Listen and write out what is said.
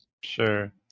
Sure